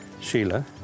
sheila